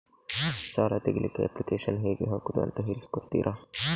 ಸಾಲ ತೆಗಿಲಿಕ್ಕೆ ಅಪ್ಲಿಕೇಶನ್ ಹೇಗೆ ಹಾಕುದು ಅಂತ ಹೇಳಿಕೊಡ್ತೀರಾ?